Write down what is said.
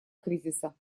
кризиса